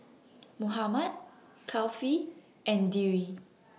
Muhammad Kefli and Dwi